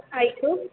ಆಯಿತು